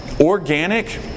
Organic